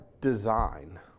design